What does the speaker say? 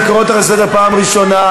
אני קורא אותך לסדר פעם ראשונה.